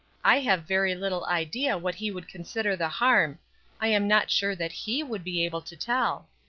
i have very little idea what he would consider the harm i am not sure that he would be able to tell.